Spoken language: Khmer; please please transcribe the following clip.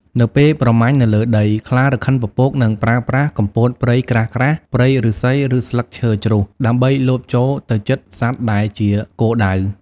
នៅពេលប្រមាញ់នៅលើដី ខ្លារខិនពពកនឹងប្រើប្រាស់ គុម្ពោតព្រៃក្រាស់ៗ ព្រៃឫស្សី ឬស្លឹកឈើជ្រុះ ដើម្បីលបចូលទៅជិតសត្វដែលជាគោលដៅ។